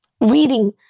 reading